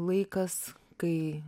laikas kai